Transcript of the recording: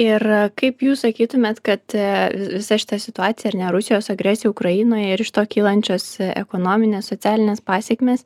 ir kaip jūs sakytumėt kad visa šita situacija ar ne rusijos agresija ukrainoje ir iš to kylančios ekonominės socialinės pasekmės